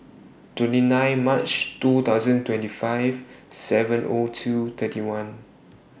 twenty nine March two thousand twenty five seven O two thirty one